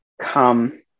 come